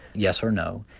yes or no',